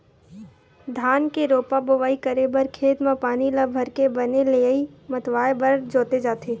धान के रोपा बोवई करे बर खेत म पानी ल भरके बने लेइय मतवाए बर जोते जाथे